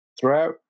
Throughout